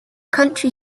county